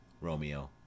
Romeo